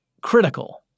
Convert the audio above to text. critical